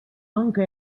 anke